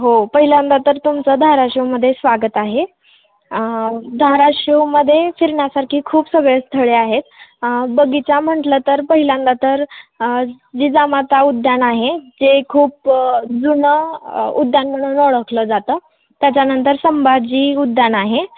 हो पहिल्यांदा तर तुमचं धाराशिवमध्ये स्वागत आहे धाराशिवमध्ये फिरण्यासारखी खूप सगळे स्थळे आहेत बगीचा म्हटलं तर पहिल्यांदा तर जिजामाता उद्यान आहे जे खूप जुनं उद्यान म्हणून ओळखलं जातं त्याच्यानंतर संभाजी उद्यान आहे